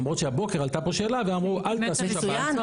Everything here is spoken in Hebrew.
למרות שהבוקר עלתה פה שאלה ואמרו אל תעשו שב"ן,